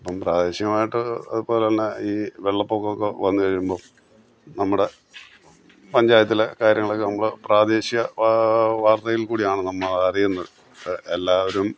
അപ്പം പ്രാദേശികമായിട്ട് ഒരു അതുപോലെ തന്നെ ഈ വെള്ളപ്പൊക്കൊക്കെ വന്നു കഴിയുമ്പോൾ നമ്മുടെ പഞ്ചായത്തിലെ കാര്യങ്ങളൊക്കെ നമ്മൾ പ്രാദേശിക വാർത്തയിൽ കൂടിയാണ് നമ്മൾ അറിയുന്നത് എല്ലാവരും